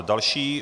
Další